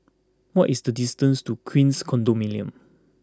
what is the distance to Queens Condominium